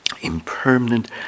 impermanent